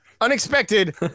unexpected